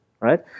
Right